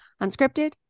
Unscripted